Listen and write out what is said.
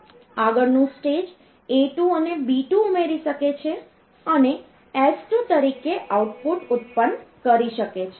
આગળનું stage A2 અને B2 ઉમેરી શકે છે અને S2 તરીકે આઉટપુટ ઉત્પન્ન કરી શકે છે